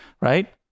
right